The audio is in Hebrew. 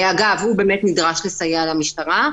אגב, הוא באמת נדרש לסייע למשטרה.